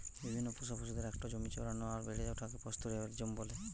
বিভিন্ন পোষা পশুদের একটো জমিতে চরানো আর বেড়ে ওঠাকে পাস্তোরেলিজম বলতেছে